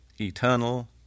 eternal